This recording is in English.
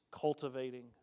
cultivating